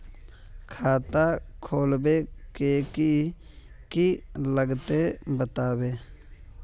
खाता खोलवे के की की लगते बतावे?